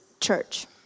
church